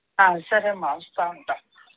సరే అమ్మ వస్తు ఉంటాను